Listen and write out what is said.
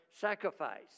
sacrifice